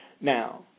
Now